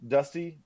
Dusty